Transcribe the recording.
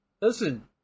Listen